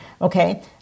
okay